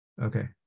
okay